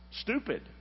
stupid